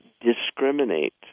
discriminate